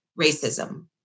racism